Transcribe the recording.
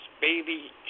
baby